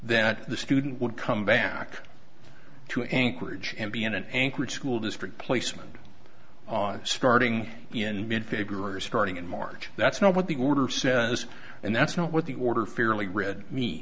that the student would come back to anchorage and be in an anchorage school district placement on starting in mid february starting in march that's not what the order says and that's not what the order fairly red meat